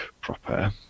proper